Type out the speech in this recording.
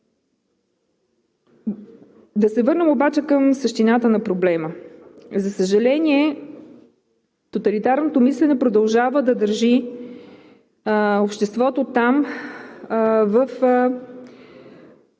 Да се върнем към същината на проблема. За съжаление, тоталитарното мислене продължава да държи обществото там –